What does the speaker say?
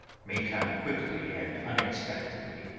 may come quickly and unexpectedly,